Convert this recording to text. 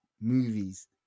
movies